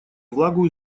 влагу